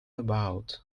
about